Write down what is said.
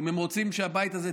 אם הם רוצים שהבית הזה,